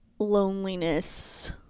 loneliness